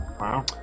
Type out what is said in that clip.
Wow